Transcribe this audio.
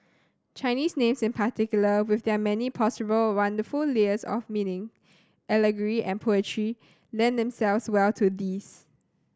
Chinese names in particular with their many possible wonderful layers of meaning allegory and poetry lend themselves well to this